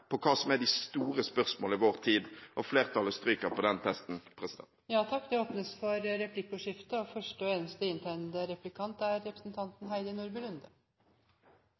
på hva som er de store spørsmål i vår tid. Flertallet stryker på den testen. Det blir replikkordskifte. Jeg skal innrømme at det